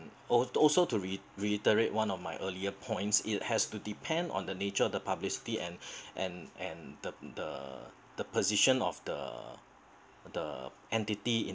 al~ also to read reiterate one of my earlier points it has to depend on the nature of the publicity and and and the the the position of the the entity in